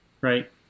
right